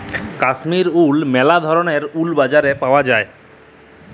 কাশ্মীর উল ম্যালা ধরলের উল বাজারে পাউয়া যায়